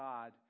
God